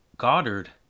goddard